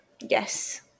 yes